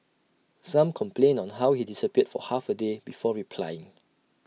some complained on how he disappeared for half A day before replying